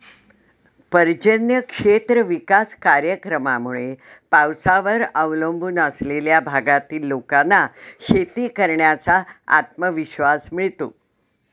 पर्जन्य क्षेत्र विकास कार्यक्रमामुळे पावसावर अवलंबून असलेल्या भागातील लोकांना शेती करण्याचा आत्मविश्वास मिळतो